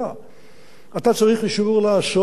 אתה צריך אישור לעשות את זה במזוט.